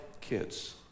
kids